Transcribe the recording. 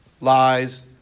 lies